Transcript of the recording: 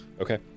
Okay